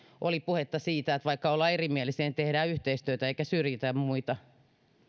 oli puhetta siitä että vaikka ollaan erimielisiä niin tehdään yhteistyötä eikä syrjitä muita